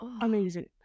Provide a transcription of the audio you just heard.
amazing